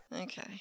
Okay